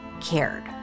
cared